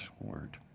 word